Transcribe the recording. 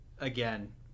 again